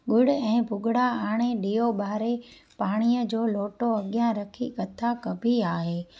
गुड़ ऐं भुॻड़ा आणे ॾीयो ॿारे पाणीअ जो लोटो अॻियां रखी कथा करबी आहे